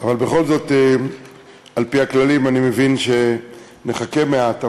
אבל בכל זאת, על-פי הכללים אני מבין שנחכה מעט.